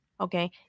okay